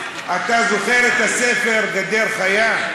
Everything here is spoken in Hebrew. אתה זוכר את הספר "גדר חיה"?